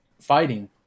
fighting